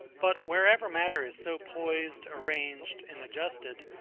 but wherever matter is so poised, arranged, and adjusted,